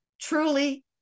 truly